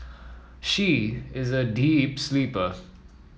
she is a deep sleeper